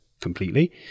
completely